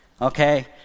Okay